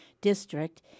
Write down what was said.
District